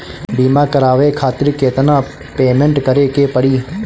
बीमा करावे खातिर केतना पेमेंट करे के पड़ी?